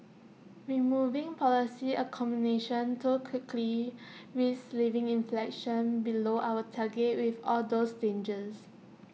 removing policy accommodation too quickly risks leaving inflation below our target with all those dangers